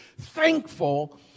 thankful